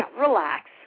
relax